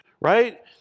right